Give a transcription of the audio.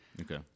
okay